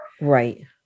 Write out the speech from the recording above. Right